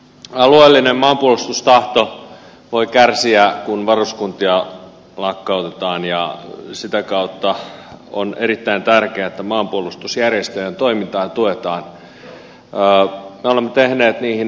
alueellinen maanpuolustustahto voi kärsiä kun varuskuntia lakkautetaan ja sitä kautta on erittäin tärkeää että maanpuolustusjärjestöjen toimintaa tuetaan